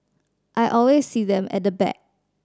I always see them at the back